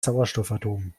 sauerstoffatomen